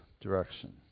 direction